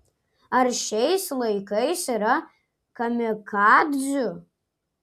ar šiais laikais yra kamikadzių